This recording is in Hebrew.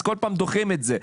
כל פעם דוחים את זה.